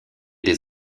des